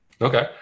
Okay